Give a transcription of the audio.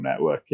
networking